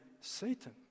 Satan